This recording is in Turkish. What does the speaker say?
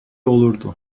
olurdu